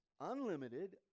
unlimited